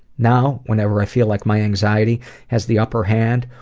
now, whenever i feel like my anxiety has the upper hand,